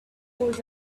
old